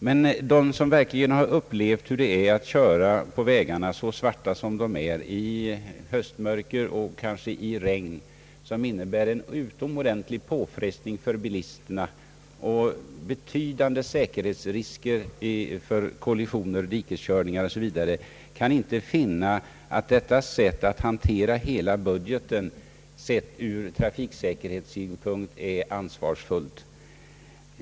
De som verkligen har upplevt hur det är att köra på svarta vägar i höstmörker och kanske i regn vet att trafikanterna är utsatta för utomordentliga påfrestningar och att det föreligger betydande risker för kollisioner och dikeskörningar, och de kan inte finna att det sättet att hantera vägbudgeten är ansvarsfullt, sett ur trafiksäkerhetssynpunkt.